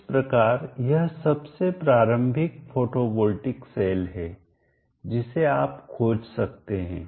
इस प्रकार यह सबसे प्रारंभिक फोटोवॉल्टिक सेल है जिसे आप खोज सकते हैं